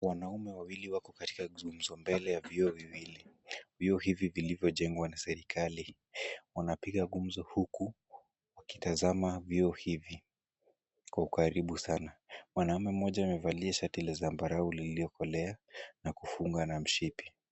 Wanaume wawili wako katika gumzo mbele ya vyoo viwili, vyoo hivi vilivyojengwa na serikali. Wanapiga gumzo huku wakitazama vyoo hivi kwa ukaribu sana. Mwanaume mmoja amevalia shati la zambarau lilokolea na kufunga na mshipi.